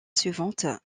suivante